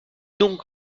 donc